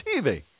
TV